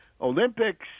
Olympics